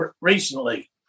recently